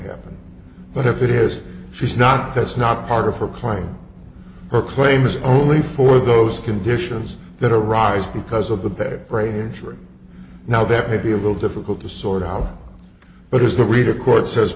happened but if it has she's not that's not part of her plan her claim is only for those conditions that arise because of the bad brain injury now that may be a little difficult to sort out but is the read of court says